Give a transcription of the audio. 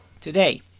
today